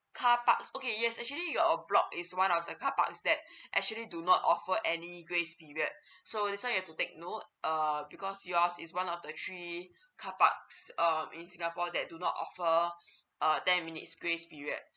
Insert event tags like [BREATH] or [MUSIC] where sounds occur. car parks okay yes actually your block is one of the car parks that [BREATH] actually do not offer any grace period [BREATH] so that's why you have to take note err because yours is one of the three car parks uh in singapore that do not offer [BREATH] a ten minutes grace period